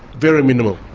very minimal.